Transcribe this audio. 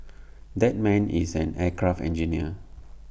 that man is an aircraft engineer